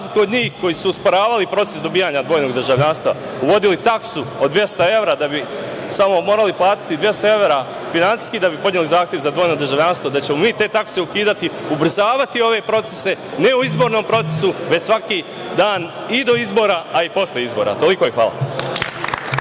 koji su osporavali proces dobijanja dvojnog državljanstva i uvodili taksu od 200 evra, da bi samo morali platiti 200 evra finansijski da bi podneli zahtev za dvojno državljanstvo, da ćemo mi te takse ukidati, ubrzavati ove procese, ne u izbornom procesu, već svaki dan i do izbora, a i posle izbora. Toliko. Hvala.